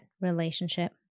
relationship